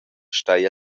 stai